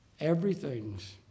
everything's